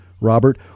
robert